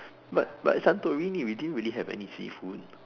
but but santorini we didn't really have any seafood